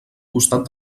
costat